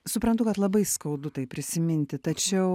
suprantu kad labai skaudu tai prisiminti tačiau